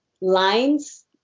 lines